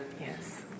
Yes